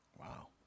Wow